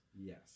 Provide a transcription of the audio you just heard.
Yes